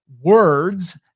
words